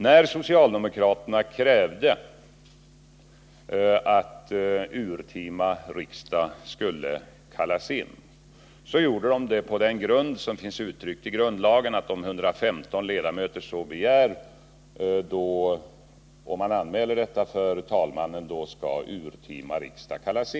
När socialdemokraterna krävde att urtima riksmöte skulle utlysas, gjorde de det enligt den paragraf i riksdagsordningen som stadgar att om 115 ledamöter så begär skall urtima riksmöte utlysas.